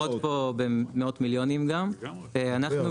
חלק מהחברות פה מאות מיליונים גם, אנחנו